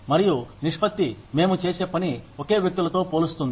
మరియు నిష్పత్తి మేము చేసే పని ఒకే వ్యక్తులతో పోలుస్తుంది